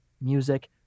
music